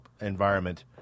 environment